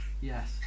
Yes